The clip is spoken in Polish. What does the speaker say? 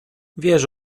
wiesz